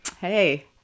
Hey